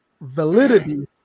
validity